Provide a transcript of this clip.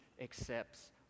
accepts